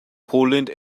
poland